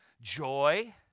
Joy